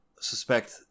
suspect